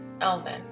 Elvin